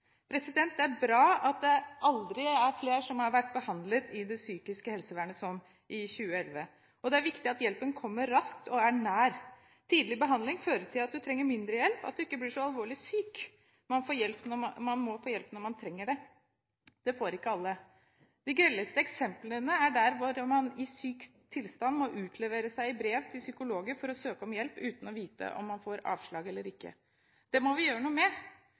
Det er bra at det aldri har vært flere som har blitt behandlet i det psykiske helsevernet enn i 2011. Det er viktig at hjelpen kommer raskt og er nær. Tidlig behandling fører til at du trenger mindre hjelp, og at du ikke blir så alvorlig syk. Man må få hjelp når man trenger det. Det får ikke alle. De grelleste eksemplene er der hvor man i syk tilstand må utlevere seg i brev til psykologer for å søke om hjelp, uten å vite om man får avslag eller ikke. Det må vi gjøre noe med.